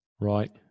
Right